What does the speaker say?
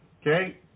Okay